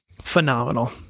Phenomenal